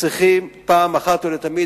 צריכים פעם אחת ולתמיד,